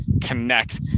connect